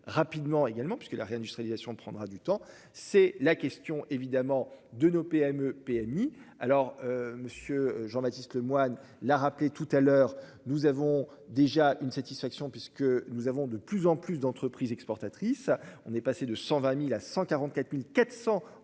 rapidement également puisque la réindustralisation prendra du temps. C'est la question évidemment de nos PME PMI alors. Monsieur Jean-Baptiste Lemoyne l'a rappelé tout à l'heure, nous avons déjà une satisfaction puisque nous avons de plus en plus d'entreprises exportatrices. On est passé de 120.000 à 144.400